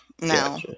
No